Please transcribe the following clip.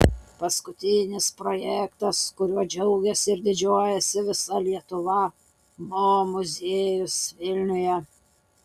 paskutinis projektas kuriuo džiaugiasi ir didžiuojasi visa lietuva mo muziejus vilniuje